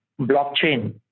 blockchain